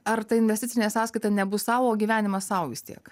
ar ta investicinė sąskaita nebus sau o gyvenimas sau vis tiek